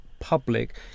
public